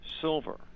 silver